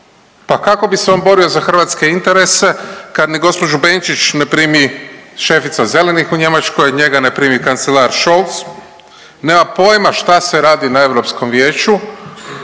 Pa kako bi se on borio za hrvatske interese kad ni gđu. Benčić ne primi šefica Zelenih u Njemačkoj, njega ne primi kancelar Scholz, nema pojma šta se radi na EV-u i